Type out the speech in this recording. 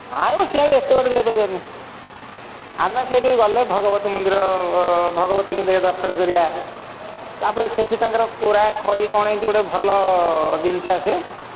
ନା ମ ସେଆଡେ଼ ଏତେ ବାଟ ଯାଇପାରିବାନି ଆମେ ସେଠିକି ଗଲେ ଭଗବତୀ ମନ୍ଦିର ଭଗବତୀଙ୍କୁ ଦର୍ଶନ କରିବା ତା'ପରେ ସେଠି ତାଙ୍କର କୋରା ଖଇ ଏମିତି କ'ଣ ଗୋଟେ ଭଲ ଜିନିଷ ଆସେ